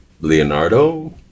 Leonardo